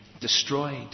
destroyed